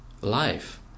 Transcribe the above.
life